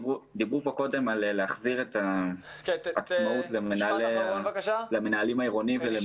דיברו פה קודם על החזרת העצמאות למנהלים העירוניים.